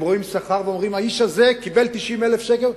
הם רואים שכר ואומרים: האיש הזה קיבל 90,000 שקל,